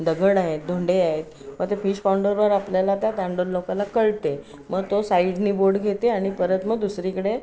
दगड आहेत धोंडे आहेत मग ते फिश पाऊंडरवर आपल्याला त्या तांडेल लोकाला कळते मग तो साईडने बोट घेते आणि परत मग दुसरीकडे